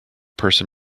person